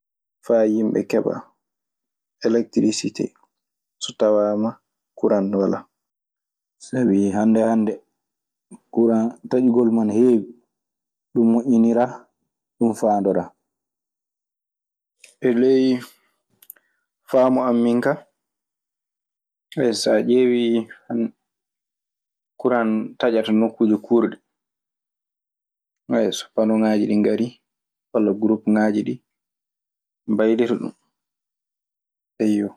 Faa Yimɓe keɓa elektirisite so tawaama kuran walaa. Sabi hannde hannde kuran taƴgol mun ana heewi. Ɗun moƴƴiniraa. Ɗun faandoraa. E ley faamu an min ka, saa ƴeewii kuran taƴa to nokkuuji kuurɗi so panooŋaaji ɗii ngarii walla gurupŋaaji ɗii mbaylita ɗun. Eyyo.